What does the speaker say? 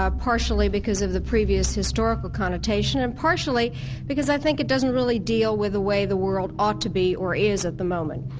ah partially because of the previous historical connotation and partially because i think it doesn't really deal with the way the world ought to be or is at the moment.